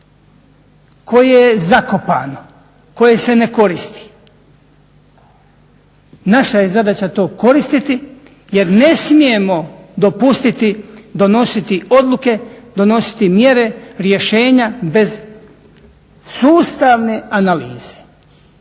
koje je zakopano, koje se ne koristi. Naša je zadaća to koristiti jer ne smijemo dopustiti donositi odluke, donositi mjere, rješenja bez sustavne analize.